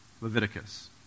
Leviticus